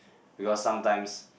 because sometimes